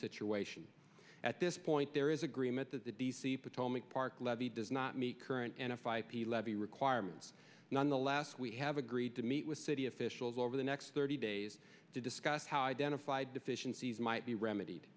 situation at this point there is agreement that the d c potomac park levee does not meet current and f i p levee requirements nonetheless we have agreed to meet with city officials over the next thirty days to discuss how identified deficiencies might be remedied